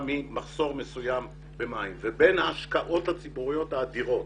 ממחסור מסוים במים ובין ההשקעות הציבוריות האדירות